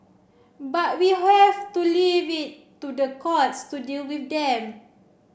but we have to leave it to the courts to deal with them